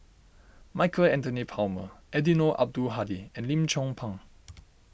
Michael Anthony Palmer Eddino Abdul Hadi and Lim Chong Pang